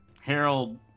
Harold